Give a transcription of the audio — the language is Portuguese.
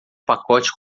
pacote